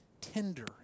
tender